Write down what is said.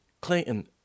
Clayton